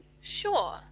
Sure